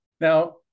now